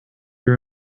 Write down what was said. your